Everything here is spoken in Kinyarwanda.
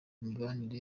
mibanire